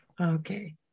Okay